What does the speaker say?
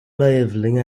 leveling